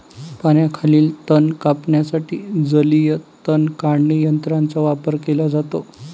पाण्याखालील तण कापण्यासाठी जलीय तण काढणी यंत्राचा वापर केला जातो